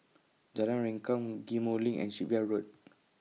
Jalan Rengkam Ghim Moh LINK and Shipyard Road